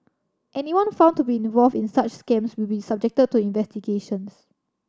anyone found to be involved in such scams will be subjected to investigations